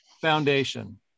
foundation